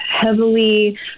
heavily